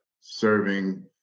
serving